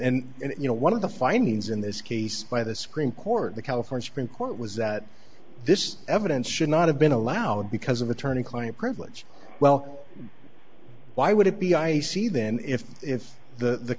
and you know one of the findings in this case by the supreme court the california supreme court was that this evidence should not have been allowed because of attorney client privilege well why would it be i c then if it's the